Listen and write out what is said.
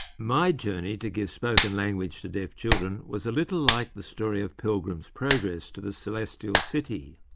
my journey to give spoken language to deaf children was a little like the story of pilgrim's progress to the celestial city.